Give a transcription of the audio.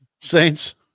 Saints